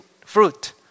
fruit